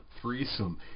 threesome